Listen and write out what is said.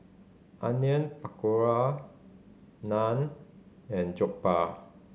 Onion Pakora Naan and Jokbal